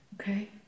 Okay